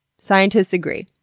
scientists agree.